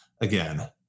again